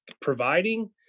providing